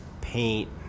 paint